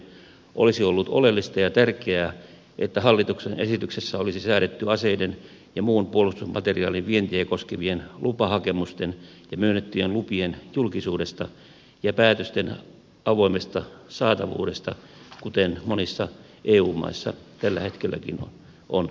olisi ollut oleellista ja tärkeää että hallituksen esityksessä olisi säädetty aseiden ja muun puolustusmateriaalin vientiä koskevien lupahakemusten ja myönnettyjen lupien julkisuudesta ja päätösten avoimesta saatavuudesta kuten monissa eu maissa tällä hetkelläkin on säädetty